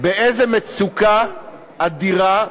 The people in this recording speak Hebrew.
באיזו מצוקה אדירה,